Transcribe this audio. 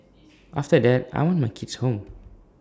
after that I want my kids home